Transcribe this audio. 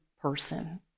person